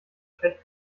schlecht